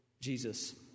Jesus